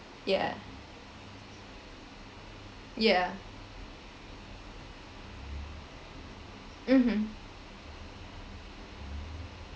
yeah yeah mmhmm